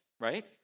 right